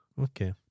Okay